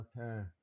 Okay